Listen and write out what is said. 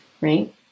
right